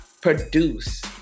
produce